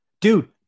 Dude